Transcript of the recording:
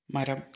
മരം